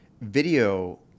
Video